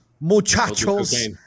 muchachos